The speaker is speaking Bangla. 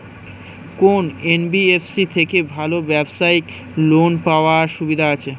কোন এন.বি.এফ.সি থেকে ভালো ব্যবসায়িক লোন পাওয়ার সুবিধা আছে?